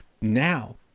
Now